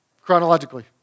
chronologically